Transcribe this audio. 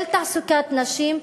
של תעסוקת נשים,